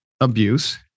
abuse